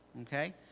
okay